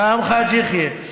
גם חאג' יחיא, גם חאג' יחיא.